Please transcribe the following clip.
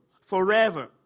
forever